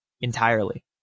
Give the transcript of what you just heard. entirely